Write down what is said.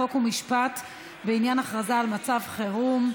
חוק ומשפט בעניין הכרזה על מצב חירום.